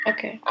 Okay